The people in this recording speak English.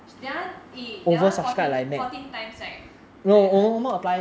then !ee! 你要 fourteen fourteen times right I heard